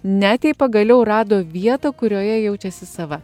net jei pagaliau rado vietą kurioje jaučiasi sava